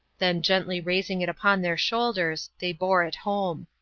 then, gently raising it upon their shoulders, they bore it home.